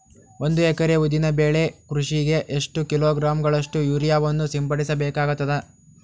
ಒಂದು ಎಕರೆ ಉದ್ದಿನ ಬೆಳೆ ಕೃಷಿಗೆ ಎಷ್ಟು ಕಿಲೋಗ್ರಾಂ ಗಳಷ್ಟು ಯೂರಿಯಾವನ್ನು ಸಿಂಪಡಸ ಬೇಕಾಗತದಾ?